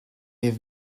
have